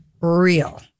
real